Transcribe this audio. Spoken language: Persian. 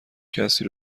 کسی